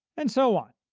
and so on.